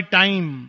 time